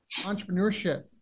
entrepreneurship